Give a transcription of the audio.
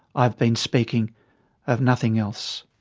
i have been speaking of nothing else.